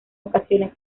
ocasiones